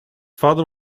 father